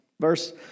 Verse